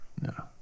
No